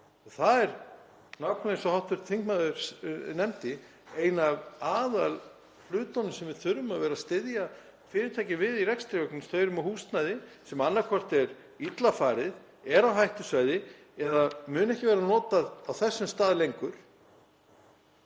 Það er, nákvæmlega eins og hv. þingmaður nefndi, einn af aðalhlutum sem við þurfum að styðja varðandi fyrirtæki í rekstri vegna þess að þau eru með húsnæði sem annaðhvort er illa farið, er á hættusvæði eða mun ekki verða notað á þessum stað lengur.